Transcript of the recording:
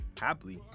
happily